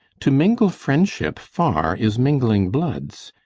to mingle friendship far is mingling bloods.